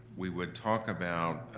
we would talk about